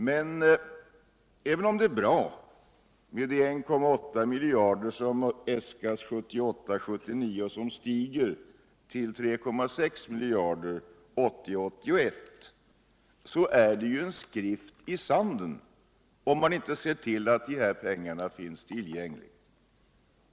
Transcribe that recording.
Men även om det är bra med de 1,8 miljarder som iäskas för budgetäret 1978 81, så utgör propositionen en skrift i sanden. om man inte ser till att dessa pengar finns tillgängliga.